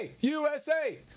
USA